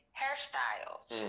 hairstyles